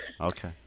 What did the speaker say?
Okay